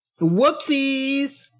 Whoopsies